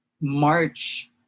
March